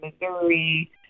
Missouri